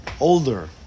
older